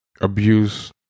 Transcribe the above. abuse